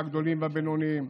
הגדולים והבינוניים,